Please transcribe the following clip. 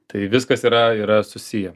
tai viskas yra yra susiję